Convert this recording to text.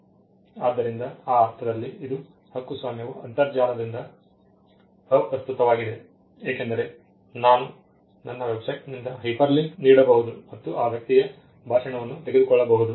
ಆದ್ದರಿಂದ ಆ ಅರ್ಥದಲ್ಲಿ ಇದು ಹಕ್ಕುಸ್ವಾಮ್ಯವು ಅಂತರ್ಜಾಲದಲ್ಲಿ ಅಪ್ರಸ್ತುತವಾಗಿದೆ ಏಕೆಂದರೆ ನಾನು ನನ್ನ ವೆಬ್ಸೈಟ್ನಿಂದ ಹೈಪರ್ಲಿಂಕ್ ನೀಡಬಹುದು ಮತ್ತು ಆ ವ್ಯಕ್ತಿಯ ಭಾಷಣವನ್ನು ತೆಗೆದುಕೊಳ್ಳಬಹುದು